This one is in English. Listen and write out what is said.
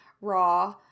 raw